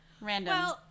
random